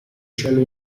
cielo